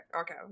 okay